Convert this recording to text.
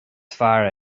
fear